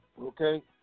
Okay